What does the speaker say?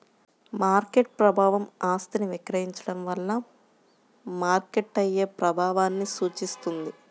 market ప్రభావం ఆస్తిని విక్రయించడం వల్ల మార్కెట్పై ప్రభావాన్ని సూచిస్తుంది